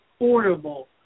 affordable